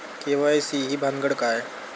KYC ही भानगड काय?